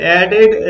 added